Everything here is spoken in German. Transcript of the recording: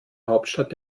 hauptstadt